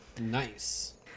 Nice